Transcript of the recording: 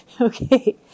Okay